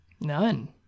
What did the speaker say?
None